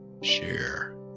Share